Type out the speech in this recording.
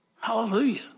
Hallelujah